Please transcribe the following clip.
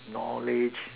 knowledge